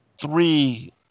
three